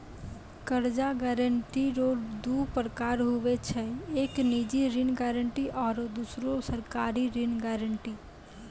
कर्जा गारंटी रो दू परकार हुवै छै एक निजी ऋण गारंटी आरो दुसरो सरकारी ऋण गारंटी